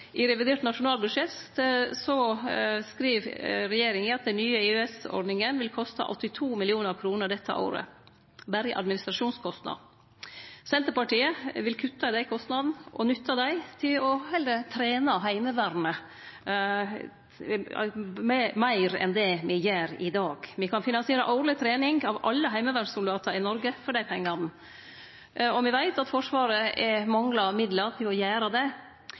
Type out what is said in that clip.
I revidert nasjonalbudsjett skriv regjeringa at den nye EØS-ordninga vil koste 82 mill. kr dette året – berre i administrasjonskostnader. Senterpartiet vil kutte dei kostnadene og heller nytte midlane til å trene Heimevernet meir enn det me gjer i dag. Me kan finansiere årleg trening av alle heimevernssoldatar i Noreg for dei pengane, og me veit at Forsvaret manglar midlar til å gjere det.